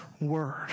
word